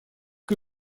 que